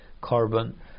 carbon